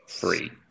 free